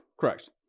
Correct